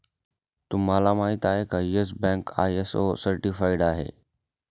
तुम्हाला माहिती आहे का, येस बँक आय.एस.ओ सर्टिफाइड आहे